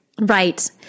Right